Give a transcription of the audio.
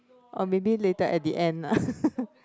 or maybe later at the end ah